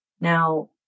Now